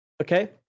okay